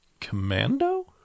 Commando